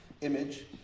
image